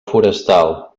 forestal